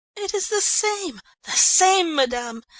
it is the same, the same, madame!